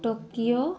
Tokyo